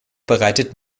bereitet